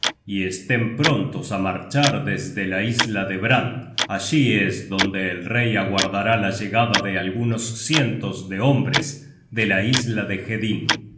y estén prontos á marchar desde la isla de brand allí es donde el rey aguardará la llegada de algunos cientos de hombres de la isla de hedin